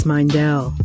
Mindell